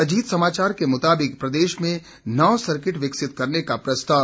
अजीत समाचार के मुताबिक प्रदेश में नौ सर्किट विकसित करने का प्रस्ताव